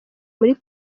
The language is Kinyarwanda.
muri